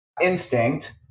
instinct